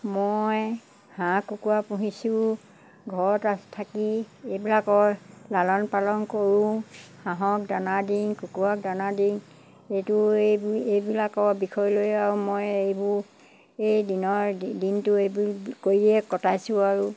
মই হাঁহ কুকুৰা পুহিছোঁ ঘৰত আ থাকি এইবিলাকৰ লালন পালন কৰোঁ হাঁহক দানা দি কুকুৰাক দানা দি এইটো এইবোৰ এইবিলাকৰ বিষয়লৈ আৰু মই এইবোৰ এই দিনৰ দিনটো এইবোৰ কৰিয়ে কটাইছোঁ আৰু